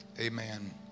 amen